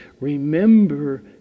Remember